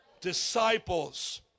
disciples